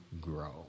grow